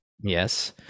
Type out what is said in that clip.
Yes